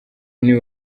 niwe